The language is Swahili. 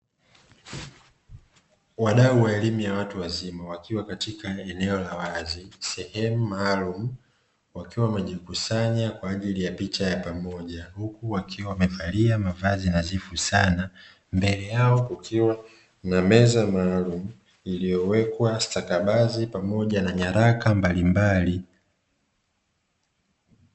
Wadau wa elimu ya watu wazima wakiwa katika eneo la wazi, sehemu maalumu wakiwa wamejikusanya kwa ajili ya picha ya pamoja huku wakiwa wamevalia mavazi nadhifu sana, mbele yao kukiwa na meza maalumu iliyowekwa stakabadhi pamoja na nyaraka mbalimbali.